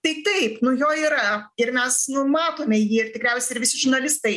tai taip nu jo yra ir mes nu matome jį ir tikriausiai ir visi žurnalistai